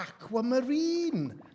aquamarine